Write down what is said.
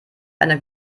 eine